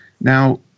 Now